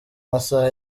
masaha